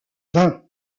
vain